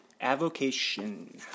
Avocation